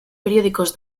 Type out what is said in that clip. periódicos